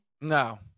No